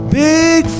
big